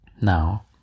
Now